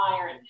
iron